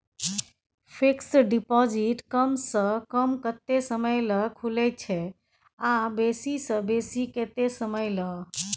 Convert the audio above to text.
Fixed deposit कम स कम कत्ते समय ल खुले छै आ बेसी स बेसी केत्ते समय ल?